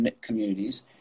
communities